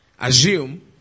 assume